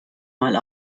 mal